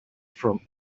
from